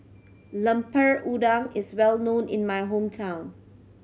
Lemper Udang is well known in my hometown